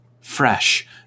fresh